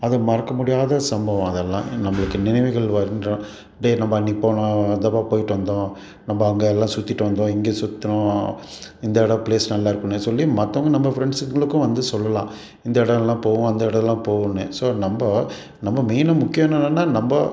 அது மறக்க முடியாத சம்பவம் அதெல்லாம் நம்பளுக்கு நினைவுகள் டேய் நம்ப அன்றைக்கி போனோம் ஒருதபா போய்விட்டு வந்தோம் நம்ப அங்கே எல்லாம் சுற்றிட்டு வந்தோம் இங்கே சுற்றுனோம் இந்த இடம் ப்ளேஸ் நல்லா இருக்கும்னு சொல்லி மற்றவங்க நம்ம ஃப்ரெண்ட்ஸுங்களுக்கும் வந்து சொல்லலாம் இந்த இடம்லாம் போகும் அந்த இடம்லாம் போகுன்னு ஸோ நம்ப நம்ப மெய்னாக முக்கியம் என்னடானால் நம்ப